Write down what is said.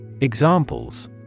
Examples